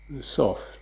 Soft